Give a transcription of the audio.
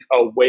away